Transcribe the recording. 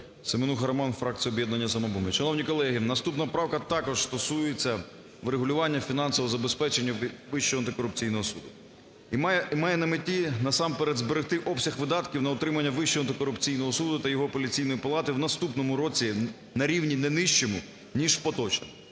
Семенуха Роман, фракція "Об'єднання "Самопоміч". Шановні колеги, наступна правка також стосується врегулювання фінансового забезпечення Вищого антикорупційного суду, і має на меті насамперед зберегти обсяг видатків на утримання Вищого антикорупційного суду та його Апеляційної палати в наступному році на рівні не нижчому, ніж в поточному.